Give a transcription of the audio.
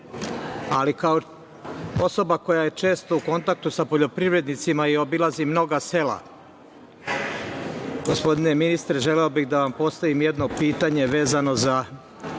ali kao osoba koja je često u kontaktu sa poljoprivrednicima i obilazim mnoga sela, gospodine ministre, želeo bih da vam postavim jedno pitanje vezano za